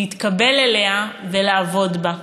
להתקבל אליה ולעבוד בה.